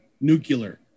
nuclear